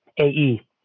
AE